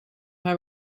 hij